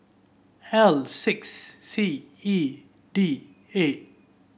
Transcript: L six C E D A